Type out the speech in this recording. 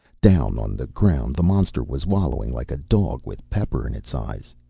down on the ground the monster was wallowing like a dog with pepper in its eyes.